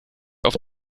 auf